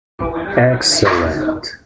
Excellent